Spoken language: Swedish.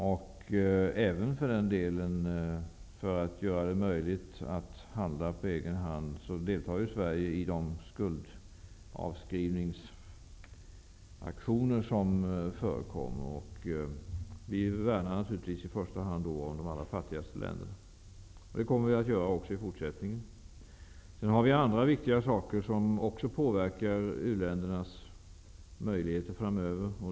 För att göra det möjligt för u-länderna att handla på egen hand deltar Sverige också i de skuldavskrivningsaktioner som förekommer, och vi värnar då i första hand om de allra fattigaste länderna. Det kommer vi att göra också i fortsättningen. Det finns också andra viktiga saker som påverkar u-ländernas möjligheter framöver.